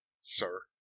Sir